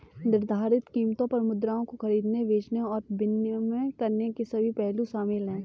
निर्धारित कीमतों पर मुद्राओं को खरीदने, बेचने और विनिमय करने के सभी पहलू शामिल हैं